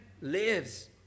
lives